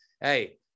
hey